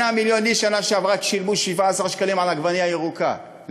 8 מיליון איש בשנה שעברה שילמו 17 שקלים על עגבנייה ירוקה.